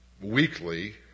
weekly